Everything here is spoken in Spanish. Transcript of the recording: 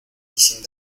sin